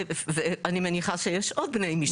ואני הולכת להיות מאוד לא מקובלת פה,